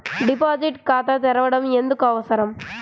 Deposit ఖాతా తెరవడం ఎందుకు అవసరం?